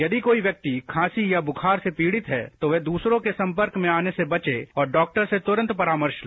यदि कोई व्यक्ति खांसी या बुखार से पीड़ित है तो वह दूसरों के संपर्क में आने से बचे और डॉक्टर से तुरंत परामर्श ले